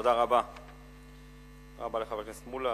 תודה רבה לחבר הכנסת מולה.